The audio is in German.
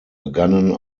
begannen